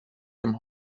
ihrem